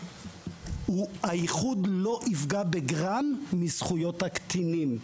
הוא: האיחוד לא יפגע בגרם מזכויות הקטינים.